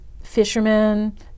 fishermen